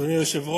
אדוני היושב-ראש,